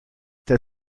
der